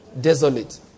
desolate